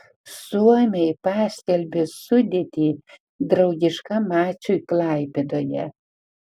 suomiai paskelbė sudėtį draugiškam mačui klaipėdoje